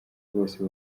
bose